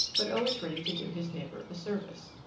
but always ready to do his neighbor a service.